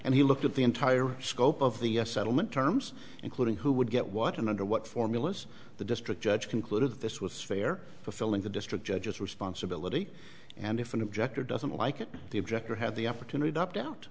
and he looked at the entire scope of the settlement terms including who would get what and under what formulas the district judge concluded that this was fair for filling the district judges responsibility and if an object or doesn't like it the objector had the opportunity to opt out